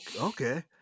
okay